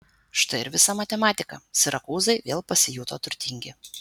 štai ir visa matematika sirakūzai vėl pasijuto turtingi